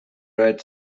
red